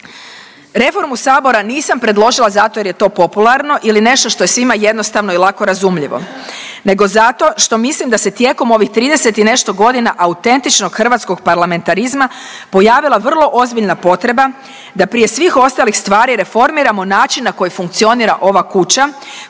Reformu Sabora nisam predložila zato jer je to popularno ili nešto što je svima jednostavno i lako razumljivo nego zato što mislim da se tijekom ovih 30 i nešto godina autentičnog hrvatskog parlamentarizma pojavila vrlo ozbiljna potreba da prije svih ostalih stvari reformiramo način na koji funkcionira ova kuća